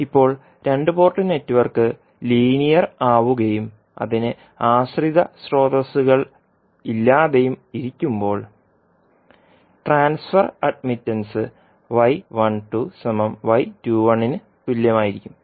ഇപ്പോൾ രണ്ട് port network linear ആവുകയും അതിന് ആശ്രിത സ്രോതസ്സുകളുമില്ലാതെയും ഇരിക്കുമ്പോൾ ട്രാൻസ്ഫർ അഡ്മിറ്റൻസ് ന് തുല്യമായിരിക്കും